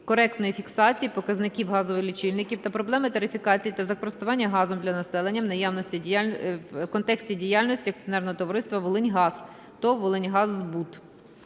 коректної фіксації показників газових лічильників та проблеми тарифікації та за користування газом для населення, в контексті діяльності акціонерного товариства "Волиньгаз" (ТОВ Волиньгаз Збут").